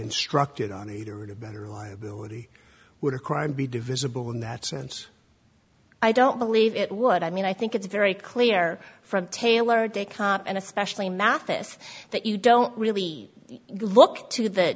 instructed on either or to better liability would a crime be divisible in that sense i don't believe it would i mean i think it's very clear from taylor de cop and especially mathis that you don't really look to the